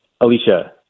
Alicia